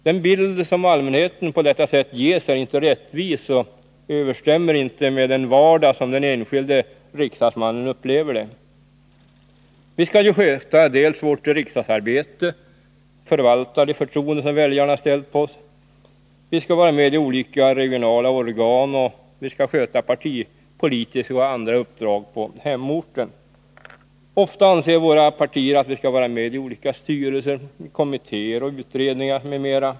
Den bild som allmänheten på detta sätt ges är inte rättvis och överensstämmer inte med den vardag som den enskilde riksdagsmannen upplever. Vi skall sköta vårt riksdagsarbete, förvalta det förtroende som väljarna gett oss. Vi skall vara med i olika regionala organ, och vi skall sköta partipolitiska och andra uppdrag på hemorten. Ofta anser våra partier att vi skall vara med i olika styrelser, kommittéer och utredningar m.m.